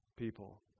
people